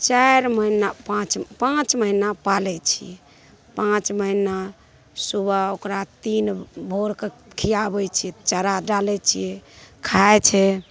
चारि महिना पाँच पाँच महिना पालै छिए पाँच महिना सुबह ओकरा तीन भोरके खुआबै छिए चारा डालै छिए खाइ छै